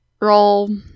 roll